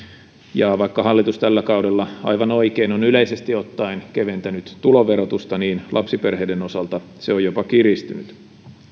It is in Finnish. ja vaikka hallitus tällä kaudella aivan oikein on yleisesti ottaen keventänyt tuloverotusta niin lapsiperheiden osalta se on jopa kiristynyt